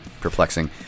perplexing